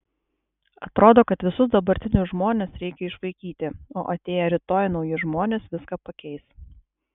atrodo kad visus dabartinius žmones reikia išvaikyti o atėję rytoj nauji žmonės viską pakeis